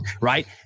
Right